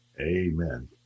Amen